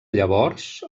llavors